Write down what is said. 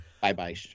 bye-bye